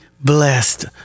Blessed